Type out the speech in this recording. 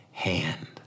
hand